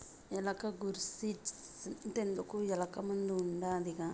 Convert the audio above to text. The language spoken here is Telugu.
ఎలక గూర్సి సింతెందుకు, ఎలకల మందు ఉండాదిగా